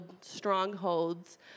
strongholds